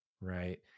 Right